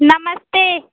नमस्ते